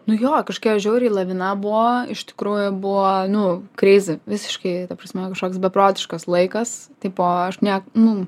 nu jo kažkokia žiauriai lavina buvo iš tikrųjų buvo nu krizė visiškai ta prasme kažkoks beprotiškas laikas tipo aš ne nu